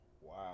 Wow